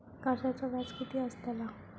कर्जाचो व्याज कीती असताला?